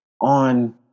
on